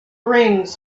rings